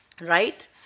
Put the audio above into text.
right